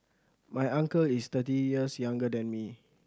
my uncle is thirty years younger than me